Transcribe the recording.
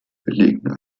belegen